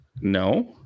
No